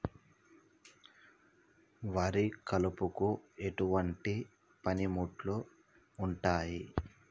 వరి కలుపుకు ఎటువంటి పనిముట్లు ఉంటాయి?